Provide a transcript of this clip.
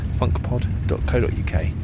funkpod.co.uk